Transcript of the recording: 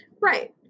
Right